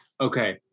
okay